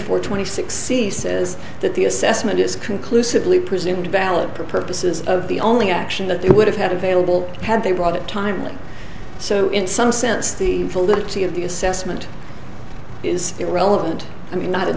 four twenty six c says that the assessment is conclusively presumed valid purposes of the only action that they would have had available had they wrote it timely so in some sense the validity of the assessment is irrelevant i mean not in